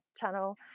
channel